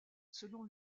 selon